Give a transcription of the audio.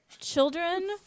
children